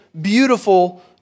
beautiful